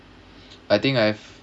I think I have